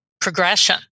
progression